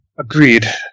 Agreed